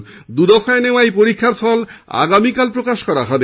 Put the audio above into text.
দু দফায় নেওয়া এই পরীক্ষার ফল আগামীকাল প্রকাশ করা হবে